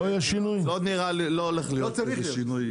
לא נראה לי, לא הולך להיות איזה שינוי.